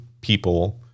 people